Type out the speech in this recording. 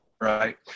Right